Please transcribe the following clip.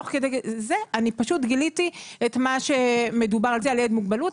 תוך כדי זה גיליתי את מה שמדובר על ילד עם מוגבלות.